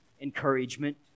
encouragement